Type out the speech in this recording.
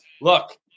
look